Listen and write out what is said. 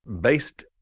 based